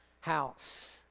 house